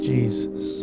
Jesus